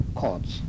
cords